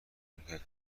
میکرد